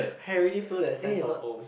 I really feel that sense of home